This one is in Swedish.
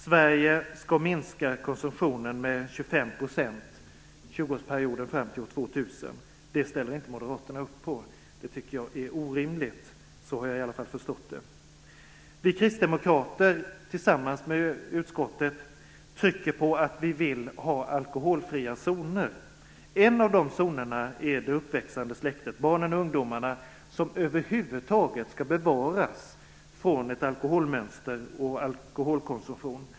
Sverige skall minska konsumtionen med 25 % fram till år 2000. Det ställer inte Moderaterna upp på - så har jag i alla fall förstått det. Det tycker jag är orimligt. Vi kristdemokrater tillsammans med utskottet trycker på att vi vill ha alkoholfria zoner. En av dessa är det uppväxande släktet, barnen och ungdomarna, som helt skall bevaras från ett alkoholmönster och alkoholkonsumtion.